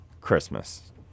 Christmas